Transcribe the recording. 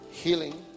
healing